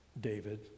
David